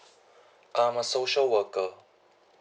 uh I'm a social worker